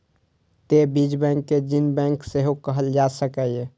तें बीज बैंक कें जीन बैंक सेहो कहल जा सकैए